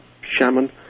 shaman